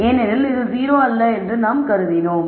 ஏனெனில் இது 0 அல்ல என்று நாம் கருதினோம்